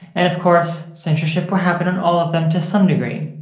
and of course censorship will happen on all of them to some degree.